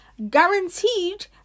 guaranteed